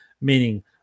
meaning